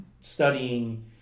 studying